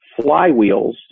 flywheels